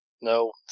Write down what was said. no